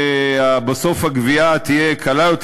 ובסוף הגבייה תהיה קלה יותר,